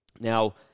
Now